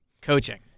Coaching